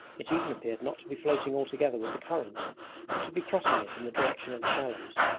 it even appeared not to be floating altogether with the current, but to be crossing it in the direction of the shallows.